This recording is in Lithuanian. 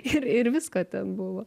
ir ir visko ten buvo